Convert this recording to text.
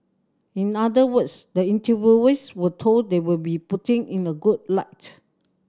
in other words the interviewees were told they will be putting in a good light